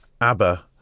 Abba